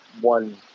one